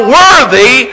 worthy